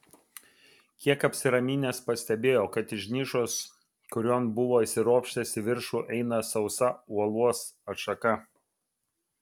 kiek apsiraminęs pastebėjo kad iš nišos kurion buvo įsiropštęs į viršų eina sausa uolos atšaka